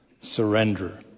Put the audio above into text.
surrender